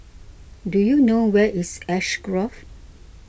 do you know where is Ash Grove